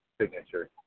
signature